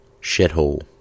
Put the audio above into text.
shithole